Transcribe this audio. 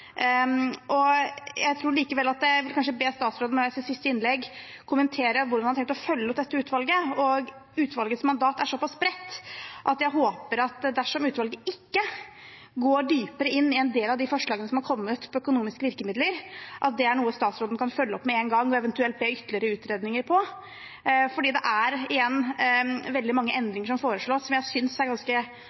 Jeg vil be statsråden i sitt siste innlegg kommentere hvordan han har tenkt å følge opp dette utvalget. Utvalgets mandat er såpass bredt at jeg håper at dersom utvalget ikke går dypere inn i en del av de forslagene som har kommet når det gjelder økonomiske virkemidler, er det noe statsråden kan følge opp med en gang og eventuelt be om ytterligere utredninger om. For det er igjen veldig mange endringer som foreslås, som jeg synes er ganske